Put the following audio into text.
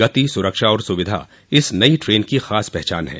गति सुरक्षा और सुविधा इस नई ट्रेन की खास पहचान है